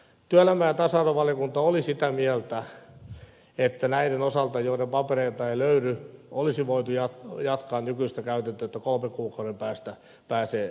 työelämä ja tasa arvovaliokunta oli sitä mieltä että näiden osalta joiden papereita ei löydy olisi voitu jatkaa nykyistä käytäntöä että kolmen kuukauden päästä pääsee työelämään